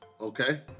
Okay